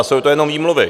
Jsou to jenom výmluvy!